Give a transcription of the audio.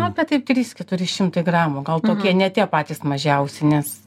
apie taip trys keturi šimtai gramų gal tokie ne tie patys mažiausi nes